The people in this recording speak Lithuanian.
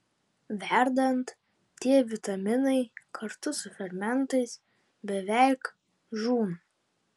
verdant tie vitaminai kartu su fermentais beveik žūna